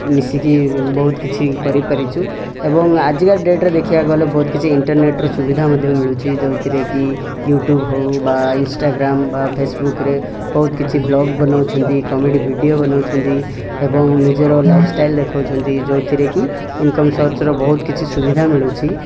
ମିଶିକି ବହୁତ କିଛି କରିପାରିଛୁ ଏବଂ ଆଜିକା ଡେଟ୍ରେ ଦେଖିବାକୁ ଗଲେ ବହୁତ କିଛି ଇଣ୍ଟରନେଟ୍ର ସୁବିଧା ମଧ୍ୟ ମିଳୁଛି ଯେଉଁଥିରେ କି କି ୟ୍ୟୁ ଟ୍ୟୁବ୍ ହେଉ ବା ଇନଷ୍ଟାଗ୍ରାମ୍ ବା ଫେସବୁକ୍ରେ ବହୁତ କିଛି ବ୍ଲଗ୍ ବନାଉଛନ୍ତି କମେଡ଼ି ଭିଡ଼ିଓ ବନାଉଛନ୍ତି ଏବଂ ନିଜର ଲାଇଫ୍ ଷ୍ଟାଇଲ୍ ଦେଖାଉଛନ୍ତି ଯୋଉଁଥିରେ କି ଇନକମ୍ ସର୍ଚ୍ଚର ବହୁତ କିଛି ସୁବିଧା ମିଳୁଛି